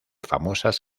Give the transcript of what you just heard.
famosas